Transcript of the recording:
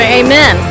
amen